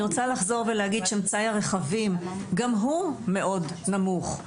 מצאי הרכבים גם הוא מאוד נמוך.